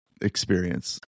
experience